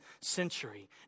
century